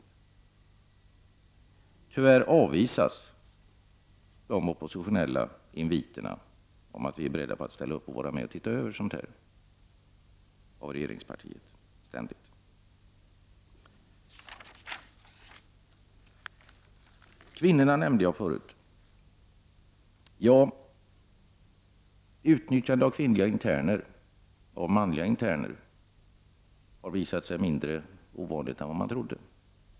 Tyvärr avvisar regeringspartiet ständigt de oppositionella inviterna som innebär att vi är beredda att vara med och se över dessa verksamheter. Att manliga interner utnyttjar kvinnliga interner har visat sig vara mindre ovanligt än vad man trodde.